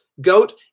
goat